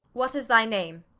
what is thy name?